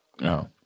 No